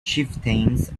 chieftains